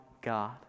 God